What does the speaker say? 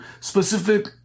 specific